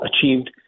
achieved